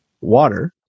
water